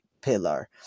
pillar